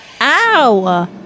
Ow